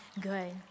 good